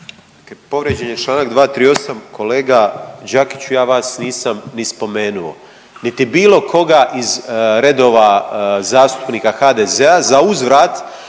Povrijeđen je članak 238. kolega Đakiću ja vas nisam ni spomenuo niti bilo koga iz redova zastupnika HDZ-a. Zauzvrat